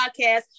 podcast